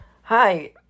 Hi